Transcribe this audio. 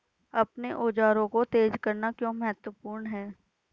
अपने औजारों को तेज करना क्यों महत्वपूर्ण है?